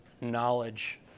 knowledge